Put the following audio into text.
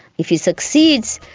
if he succeeds,